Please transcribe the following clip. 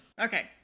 Okay